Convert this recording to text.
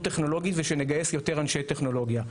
טכנולוגית ושנגייס יותר אנשי טכנולוגיה,